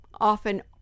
often